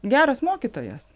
geras mokytojas